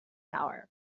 power